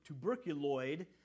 tuberculoid